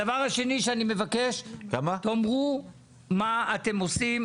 הדבר השני שאני מבקש: תאמרו מה אתם עושים